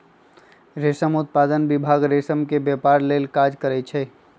रेशम उत्पादन विभाग रेशम के व्यपार लेल काज करै छइ